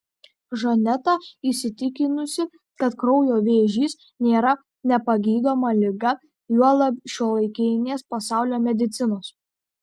žaneta įsitikinusi kad kraujo vėžys nėra nepagydoma liga juolab šiuolaikinės pasaulio medicinos